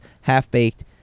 half-baked